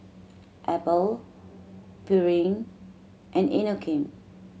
Apple Pureen and Inokim